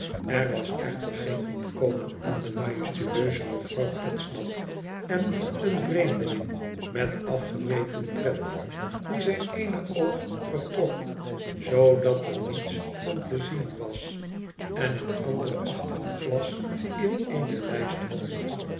r was echter geen ontkomen aan de majestueuze mevrouw podsnap en een vreemdeling met afgemeten tred die zijn ééne oog vertrok zoodat er niets van te zien was en het andere achter een glas in eene lijst had